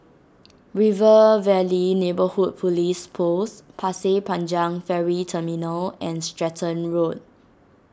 River Valley Neighbourhood Police Post Pasir Panjang Ferry Terminal and Stratton Road